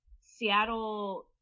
Seattle